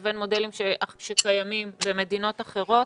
לבין מודלים שקיימים במדינות אחרות.